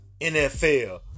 NFL